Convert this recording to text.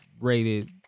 rated